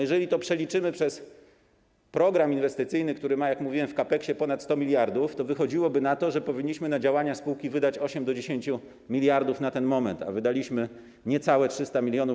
Jeżeli to przeliczymy przez program inwestycyjny, który ma - jak mówiłem - w CAPEX-ie ponad 100 mld, to wychodziłoby na to, że powinniśmy na działania spółki wydać od 8 do 10 mld na ten moment, a wydaliśmy niecałe 300 mln.